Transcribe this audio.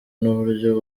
n’uburyo